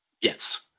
Yes